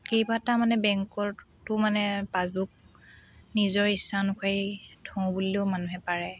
কেইবাটা মানে বেংকতো মানে পাচবুক নিজৰ ইচ্ছা অনুসৰি থওঁ বুলিলেও মানুহে পাৰে